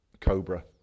Cobra